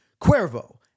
Cuervo